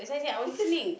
he just